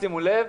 שימו לב,